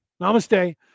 Namaste